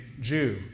Jew